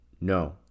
No